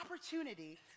opportunity